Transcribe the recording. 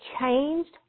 changed